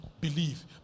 Believe